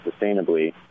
sustainably